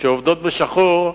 שעובדות ב"שחור",